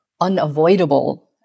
unavoidable